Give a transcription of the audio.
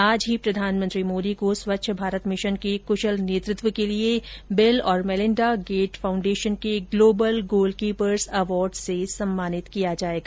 आज ही प्रधानमंत्री मोदी को स्वच्छ भारत मिशन के कुशल नेतृत्व के लिये बिल और मेलिन्डा गेट फाउंडेशन के ग्लोबल गोलकीपर्स अवॉर्ड से सम्मानित किया जायेगा